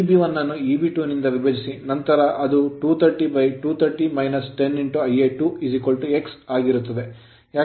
Eb1 ಅನ್ನು Eb2 ನಿಂದ ವಿಭಜಿಸಿ ನಂತರ ಅದು 230 230 10 Ia2 x ಆಗಿರುತ್ತದೆ